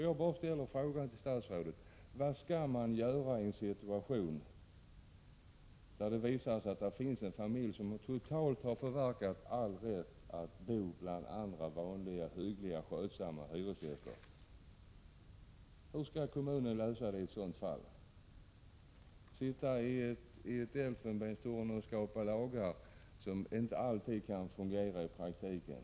Jag bara frågar statsrådet: Vad skall man göra när det visar sig att det finns en familj som totalt har förverkat sin rätt att bo bland andra vanliga, hyggliga och skötsamma hyresgäster? Hur skall kommunen göra för att komma fram tillen lösning i ett sådant fall? Det är lätt att sitta i ett elfenbenstorn och stifta lagar, som inte alltid fungerar i praktiken.